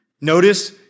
Notice